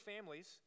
families